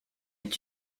est